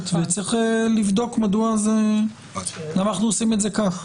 וצריך לבדוק מדוע אנחנו עושים את זה כך.